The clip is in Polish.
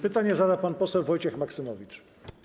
Pytanie zada pan poseł Wojciech Maksymowicz.